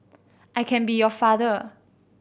I can be your father